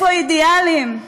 איפה אידיאלים?